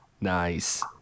Nice